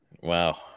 Wow